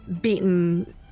beaten